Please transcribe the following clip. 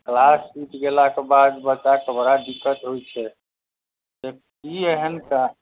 class छुटि गेलाके बाद बच्चाके बड़ा दिक्कत होइ छै से कि एहन का